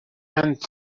and